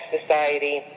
Society